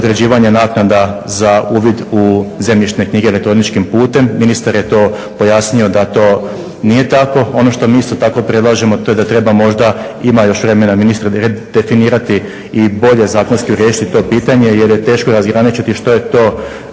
određivanja naknada za uvid u zemljišne knjige elektroničkim putem. Ministar je to pojasnio da to nije tako. Ono što mi isto tako predlažemo to je da treba možda ima još vremena ministre redefinirati i bolje zakonski riješiti to pitanje jer je teško razgraničiti što je to